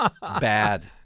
Bad